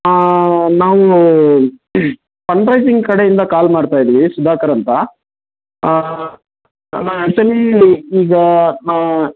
ಆಂ ನಾವು fund raising ಕಡೆಯಿಂದ call ಮಾಡ್ತಾಯಿದ್ದೀವಿ ಸುಧಾಕರ್ ಅಂತ ಈಗ ನಾ